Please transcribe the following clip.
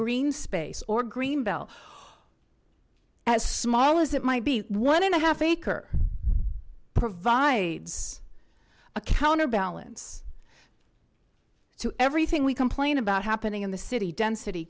green space or green belt as small as it might be one and a half acre provides a counterbalance to everything we complain about happening in the city density